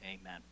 Amen